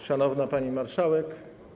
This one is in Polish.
Szanowna Pani Marszałek!